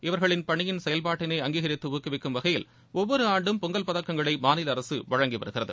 இவர்களின் பணியின் செயல்பாட்டினை அங்கீகரித்து ஊக்குவிக்கும் வகையில் ஒவ்வொரு ஆண்டும் பொங்கல் பதக்கங்களை மாநில அரசு வழங்கி வருகிறது